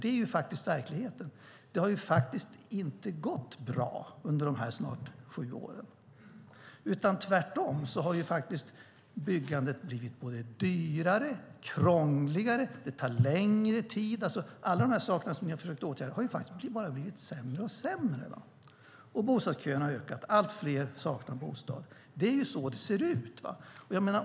Det är nämligen verkligheten. Det har inte gått bra under dessa snart sju år. Tvärtom har byggandet blivit både dyrare och krångligare, och det tar längre tid. Alla de saker som ni försökt åtgärda har bara blivit sämre och sämre. Bostadsköerna har blivit längre. Allt fler saknar bostad. Så ser det ut.